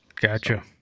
Gotcha